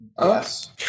Yes